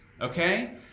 Okay